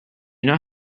not